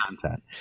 content